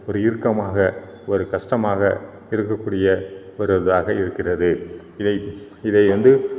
ஒரு இறுக்கமாக ஒரு கஷ்டமாக இருக்கறக் கூடிய ஒரு இதாக இருக்கிறது இதை இதை வந்து